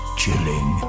chilling